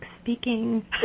speaking